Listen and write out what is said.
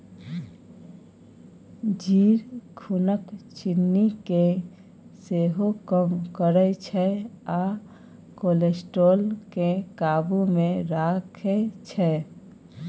जीर खुनक चिन्नी केँ सेहो कम करय छै आ कोलेस्ट्रॉल केँ काबु मे राखै छै